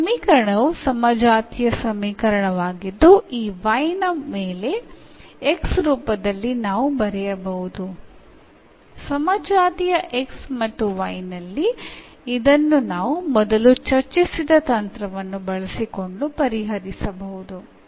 ഈ സമവാക്യത്തെ നമുക്ക് രൂപത്തിൽ എഴുതാൻ കഴിയും അതിനെ നമുക്ക് നേരത്തെ ചർച്ച ചെയ്ത രീതി ഉപയോഗിച്ച് പരിഹരിക്കാനാകും